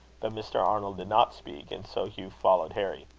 but mr. arnold did not speak, and so hugh followed harry.